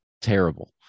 terrible